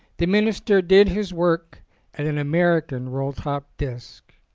the minister did his work at an american roll-top desk.